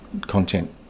content